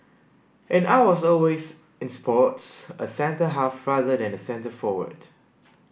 and I was always in sports a centre half rather than centre forward